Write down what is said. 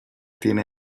tiene